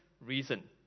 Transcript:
reason